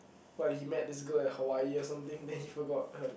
what he met this girl at Hawaii or something then he forgot her